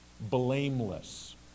blameless